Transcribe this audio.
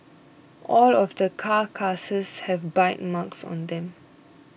all of the carcasses have bite marks on them